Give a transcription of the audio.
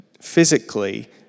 physically